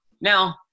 Now